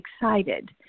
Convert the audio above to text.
excited